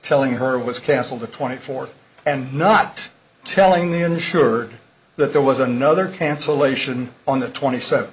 telling her it was cancelled the twenty fourth and not telling the ensured that there was another cancellation on the twenty seven th